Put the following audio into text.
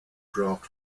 draft